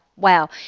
Wow